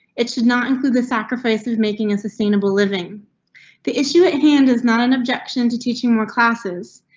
it's not include the sacrifices making a sustainable living the issue at hand is not an objection to teaching more classes.